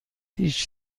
هیچ